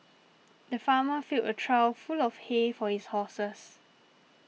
the farmer filled a trough full of hay for his horses